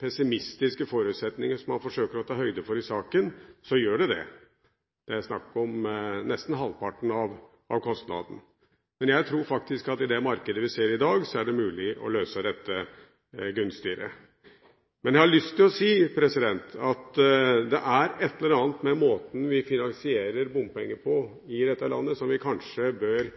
pessimistiske forutsetningene man forsøker å ta høyde for i saken, så gjør det det. Det er snakk om nesten halvparten av kostnaden. Men jeg tror faktisk at i det markedet vi ser i dag, er det mulig å løse dette gunstigere. Jeg har lyst til å si at det er ett eller annet med måten vi finansierer bompenger på i dette landet, som vi kanskje bør